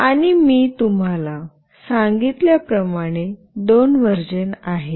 आणि मी तुम्हाला सांगितल्या प्रमाणे दोन व्हर्जन आहेत